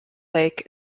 lake